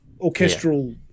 orchestral